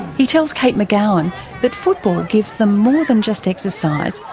he tells kate mcgeown that football gives them more than just exercise,